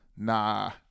Nah